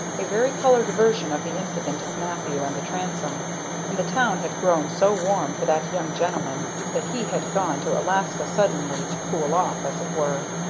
a varicolored version of the incident of mathew and the transom and the town had grown so warm for that young gentleman that he had gone to alaska suddenly, to cool off, as it were.